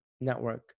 network